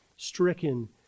stricken